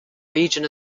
region